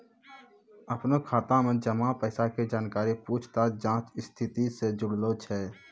अपनो खाता मे जमा पैसा के जानकारी पूछताछ जांच स्थिति से जुड़लो छै